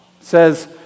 says